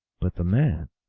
but the man,